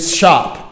shop